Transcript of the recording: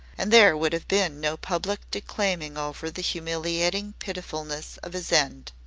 and there would have been no public declaiming over the humiliating pitifulness of his end.